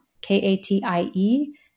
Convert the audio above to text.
K-A-T-I-E